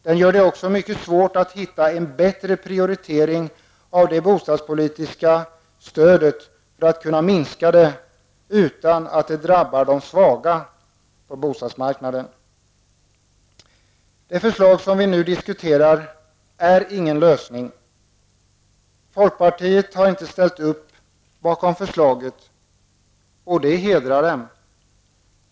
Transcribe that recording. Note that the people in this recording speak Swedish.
Den gör det också mycket svårt att hitta en bättre prioritering av det bostadspolitiska stödet, för att kunna minska det, utan att det drabbar de svaga på bostadsmarknaden. Det förslag som vi nu diskuterar är ingen lösning. Folkpartiet har inte ställt sig bakom förslaget. Det hedrar dem.